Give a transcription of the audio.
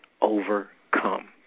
overcome